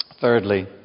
thirdly